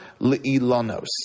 Le'Ilanos